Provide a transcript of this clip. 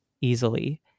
easily